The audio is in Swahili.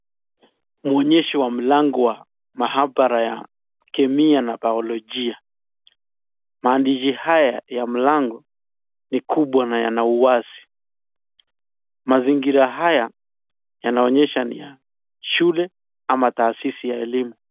Mwonyesho wa mlango wa mahabara ya kemia na biolojia. Mandishi haya ya mlango ni kubwa na yanauwazi. Mazingira haya yanaonyesha ni ya shule ama taasisi ya elimu.